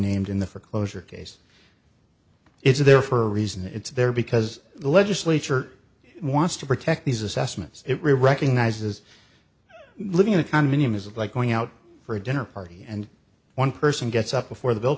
named in the foreclosure case it's there for a reason it's there because the legislature wants to protect these assessments it really recognizes living in a commune is like going out for a dinner party and one person gets up before the bill